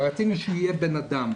רצינו שהוא יהיה בן אדם,